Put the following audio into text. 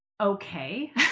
okay